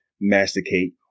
masticate